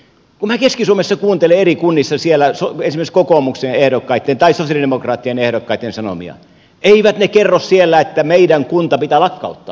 kun minä keski suomessa kuuntelen eri kunnissa esimerkiksi kokoomuksen ehdokkaitten tai sosialidemokraattien ehdokkaitten sanomia niin eivät ne kerro siellä että meidän kunta pitää lakkauttaa